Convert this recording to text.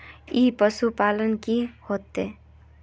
ई पशुपालन की होचे?